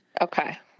Okay